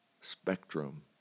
spectrum